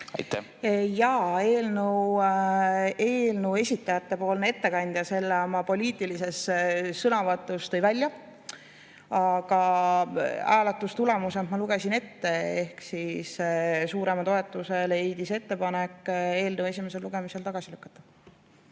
Jaa, eelnõu esitajate ettekandja selle oma poliitilises sõnavõtus tõi välja. Aga hääletustulemused ma lugesin ette ehk suurema toetuse leidis ettepanek eelnõu esimesel lugemisel tagasi lükata.